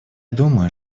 думаю